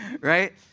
Right